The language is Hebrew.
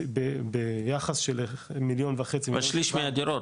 זה ביחס של מיליון וחצי --- אבל שליש מהדירות,